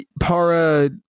Para